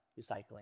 recycling